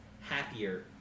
happier